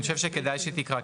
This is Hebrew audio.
אני חושב שכדאי שתקרא,